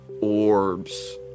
orbs